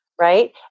right